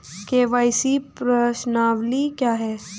KYC प्रश्नावली क्या है?